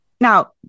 Now